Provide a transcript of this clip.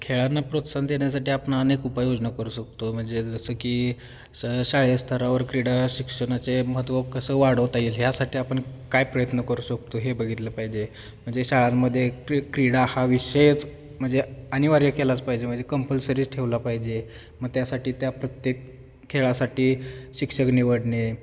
खेळांना प्रोत्साहन देण्यासाठी आपण अनेक उपाययोजना करू शकतो म्हणजे जसं की शालेय स्तरावर क्रीडा शिक्षणाचे महत्त्व कसं वाढवता येईल ह्यासाठी आपण काय प्रयत्न करू शकतो हे बघितलं पाहिजे म्हणजे शाळांमध्ये क क्रीडा हा विषयच म्हणजे अनिवार्य केलाच पाहिजे म्हणजे कंपल्सरी ठेवला पाहिजे मग त्यासाठी त्या प्रत्येक खेळासाठी शिक्षक निवडणे